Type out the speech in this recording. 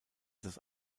das